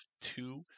two